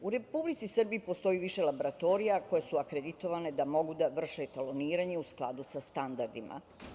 U Republici Srbiji postoji više laboratorija koje su akreditovane da mogu da vrše etaloniranje u skladu sa standardima.